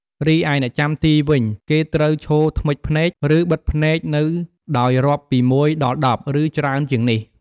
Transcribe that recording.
រីឯអ្នកចាំទីវិញ គេត្រូវឈរធ្មិចភ្នែក ឬ បិទភ្នែកនៅដោយរាប់ពីមួយដល់ដប់ ឬ ច្រើនជាងនេះ។